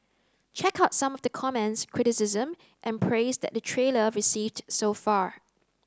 check out some of the comments criticism and praise that the trailer received so far